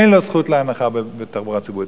אין לו זכות להנחה בתחבורה הציבורית.